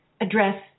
address